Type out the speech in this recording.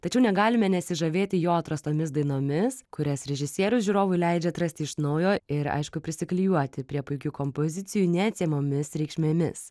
tačiau negalime nesižavėti jo atrastomis dainomis kurias režisierius žiūrovui leidžia atrasti iš naujo ir aišku prisiklijuoti prie puikių kompozicijų neatsiejamomis reikšmėmis